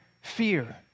fear